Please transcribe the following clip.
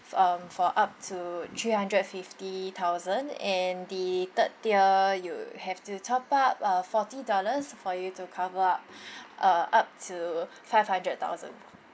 um for up to three hundred fifty thousand and the third tier you have to top up uh forty dollars for you to cover up uh up to five hundred thousand